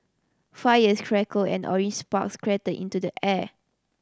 fires crackled and orange sparks into the air